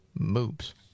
moobs